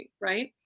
right